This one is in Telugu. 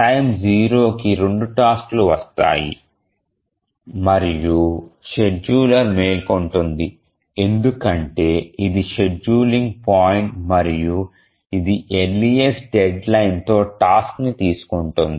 టైమ్ 0కి రెండు టాస్క్ లు వస్తాయి మరియు షెడ్యూలర్ మేల్కొంటుంది ఎందుకంటే ఇది షెడ్యూలింగ్ పాయింట్ మరియు ఇది ఎర్లీఎస్ట్ డెడ్లైన్ తో టాస్క్ ని తీసుకుంటుంది